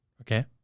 Okay